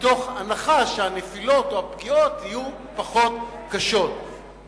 מתוך הנחה שהנפילות או הפגיעות יהיו פחות קשות.